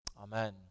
Amen